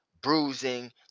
bruising